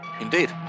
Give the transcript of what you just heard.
indeed